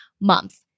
month